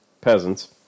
peasants